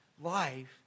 life